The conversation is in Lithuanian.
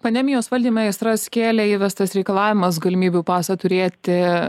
pandemijos valdyme aistras kėlė įvestas reikalavimas galimybių pasą turėti